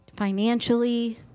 financially